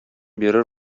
бирер